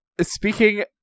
Speaking